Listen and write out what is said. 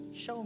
Show